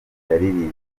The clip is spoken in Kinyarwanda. yaririmbye